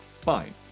fine